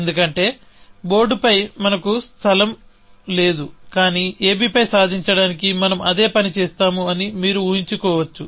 ఎందుకంటే బోర్డుపై మనకు స్థలం లేదు కానీ ab పై సాధించడానికి మనం అదే పని చేస్తాము అని మీరు ఊహించవచ్చు